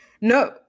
No